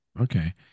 okay